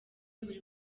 buri